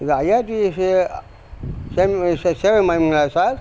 இது ஐஆர்டிஇசி சேவை மையம் சார் சேவை மையமுங்களா சார்